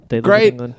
Great